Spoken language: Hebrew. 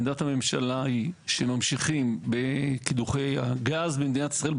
עמדת הממשלה היא שממשיכים בקידוחי הגז במדינת ישראל,